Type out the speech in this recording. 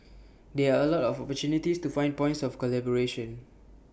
there are A lot of opportunities to find points of collaboration